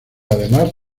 además